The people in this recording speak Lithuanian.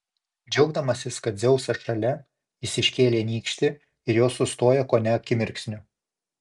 džiaugdamasis kad dzeusas šalia jis iškėlė nykštį ir jos sustojo kone akimirksniu